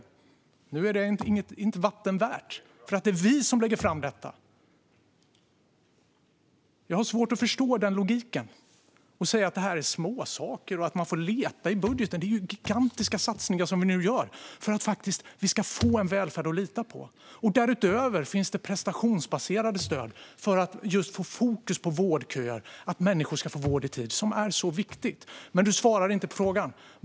Detta är visst inte vatten värt för att det är vi som lägger fram förslaget. Jag har svårt att förstå logiken när man säger att detta är småsaker och att man får leta i budgeten. Vi gör ju gigantiska satsningar för att Sverige ska få en välfärd att lita på. Därutöver finns prestationsbaserade stöd för att fokus ska gå till vårdköer och att människor ska få vård i tid. Detta är så viktigt. Ida Gabrielsson svarade inte på frågan.